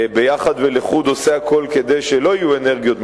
ביחד ולחוד עושה הכול כדי שלא יהיו אנרגיות מתחדשות,